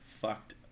fucked